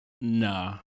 Nah